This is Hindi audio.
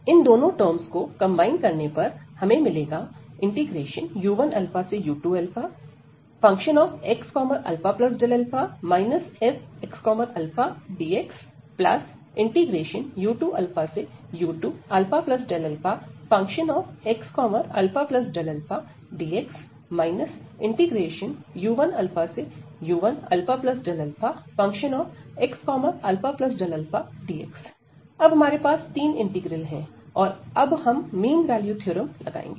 इन दोनों टर्म्स को कंबाइन करने पर हमें मिलेगाu1u2fxα fxαdxu2u2αΔαfxαΔαdx u1u1αΔαfxαΔαdx अब हमारे पास तीन इंटीग्रल हैं और अब हम मीन वैल्यू थ्योरम लगाएंगे